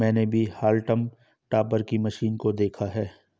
मैंने भी हॉल्म टॉपर की मशीन को देखा है